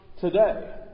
today